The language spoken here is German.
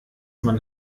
man